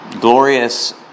glorious